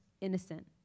innocent